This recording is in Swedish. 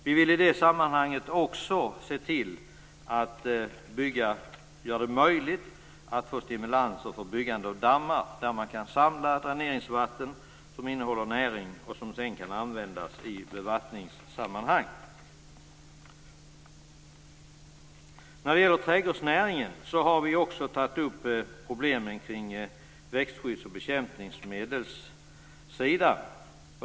Vi vill i det sammanhanget också se till att göra det möjligt att få stimulans för byggande av dammar, där man kan samla dräneringsvatten som innehåller näring och som sedan kan användas i bevattningssammanhang. När det gäller trädgårdsnäringen har vi också tagit upp problemen kring växtskydds och bekämpningsmedel.